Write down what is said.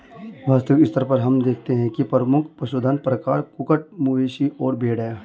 वैश्विक स्तर पर हम देखते हैं कि प्रमुख पशुधन प्रकार कुक्कुट, मवेशी और भेड़ हैं